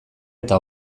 eta